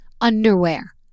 underwear